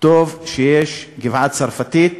טוב שיש הגבעה-הצרפתית,